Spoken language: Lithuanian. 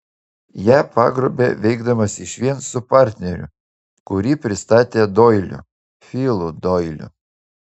ją pagrobė veikdamas išvien su partneriu kurį pristatė doiliu filu doiliu